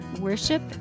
worship